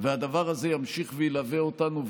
והדבר הזה ימשיך וילווה אותנו,